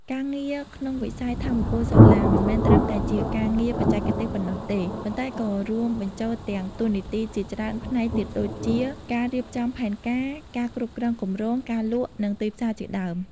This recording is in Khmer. ការងារក្នុងវិស័យថាមពលសូឡា មិនមែនត្រឹមតែជាការងារបច្ចេកទេសប៉ុណ្ណោះទេ ប៉ុន្តែក៏រួមបញ្ចូលទាំងតួនាទីជាច្រើនផ្នែកទៀតដូចជា ការរៀបចំផែនការ ការគ្រប់គ្រងគម្រោង ការលក់ និងទីផ្សារជាដើម។